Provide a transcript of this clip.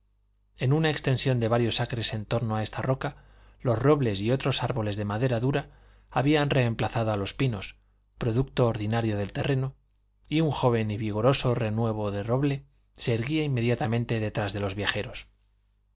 en una extensión de varios acres en torno de esta roca los robles y otros árboles de madera dura habían reemplazado a los pinos producto ordinario del terreno y un joven y vigoroso renuevo de roble se erguía inmediatamente detrás de los viajeros